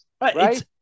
right